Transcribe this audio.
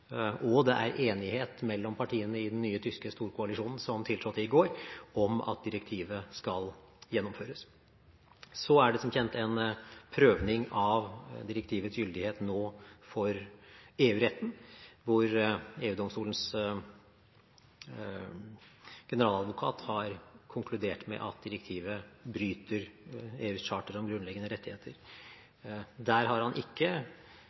og det er enighet mellom partiene i den nye tyske storkoalisjonen som tiltrådte i går, om at direktivet skal gjennomføres. Så er det som kjent nå en prøvning av direktivets gyldighet for EU-retten, hvor EU-domstolens generaladvokat har konkludert med at direktivet bryter EUs charter om grunnleggende rettigheter. Der har han ikke